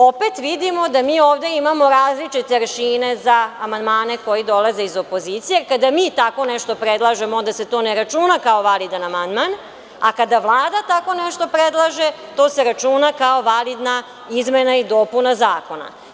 Opet vidimo da mi ovde imamo različite aršine za amandmane koji dolaze iz opozicije, jer kada mi tako nešto predlažemo, onda se to ne računa kao validan amandman, a kada Vlada tako nešto predlaže, to se računa kao validna izmena i dopuna zakona.